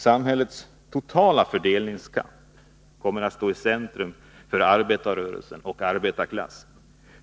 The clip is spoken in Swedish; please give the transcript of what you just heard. Samhällets totala fördelningskamp kommer att stå i centrum för arbetarrörelsen och arbetarklassen.